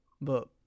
but-